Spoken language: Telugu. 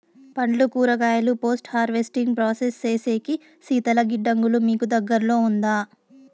పండ్లు కూరగాయలు పోస్ట్ హార్వెస్టింగ్ ప్రాసెస్ సేసేకి శీతల గిడ్డంగులు మీకు దగ్గర్లో ఉందా?